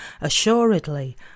Assuredly